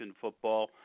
football